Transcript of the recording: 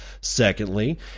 Secondly